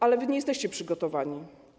Ale wy nie jesteście przygotowani.